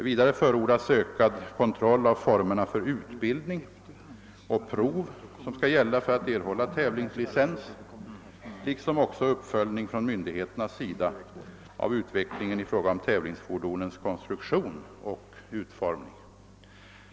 Vidare förordas ökad kontroll av formerna för utbildning och prov som skall gälla för att erhålla tävlingslicens liksom också uppföljning från myndigheternas sida av utvecklingen i fråga om tävlingsfordonens konstruktion och utformning.